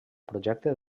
projecte